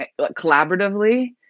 collaboratively